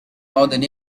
northern